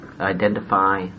identify